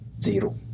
zero